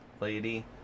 lady